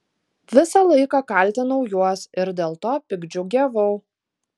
visą laiką kaltinau juos ir dėl to piktdžiugiavau